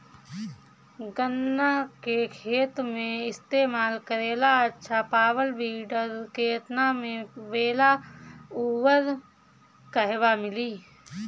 गन्ना के खेत में इस्तेमाल करेला अच्छा पावल वीडर केतना में आवेला अउर कहवा मिली?